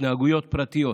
התנהגויות פרטיות,